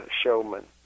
showman